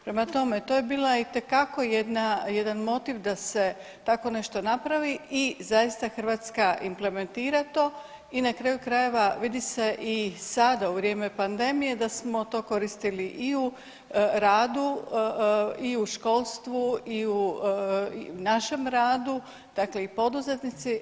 Prema tome, to je bila itekako jedan motiv da se tako nešto napravi i zaista Hrvatska implementira to i na kraju krajeva vidi se i sada u vrijeme pandemije da smo to koristili i u radu, i u školstvu, i u našem radu, dakle i poduzetnici.